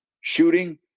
shooting